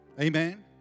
Amen